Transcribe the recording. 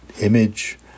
image